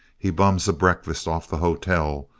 he bums a breakfast off the hotel,